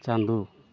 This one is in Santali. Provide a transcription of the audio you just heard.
ᱪᱟᱸᱫᱚ